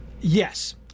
Yes